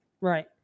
Right